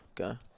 Okay